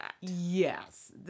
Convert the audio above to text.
Yes